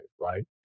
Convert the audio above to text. right